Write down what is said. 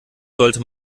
sollte